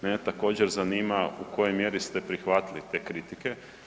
Mene također, zanima u kojoj mjeri ste prihvatili te kritike.